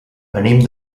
venim